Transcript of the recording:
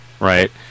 Right